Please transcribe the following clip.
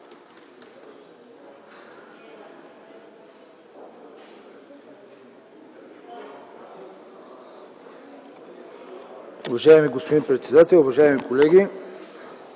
уважаеми господин председател. Уважаеми дами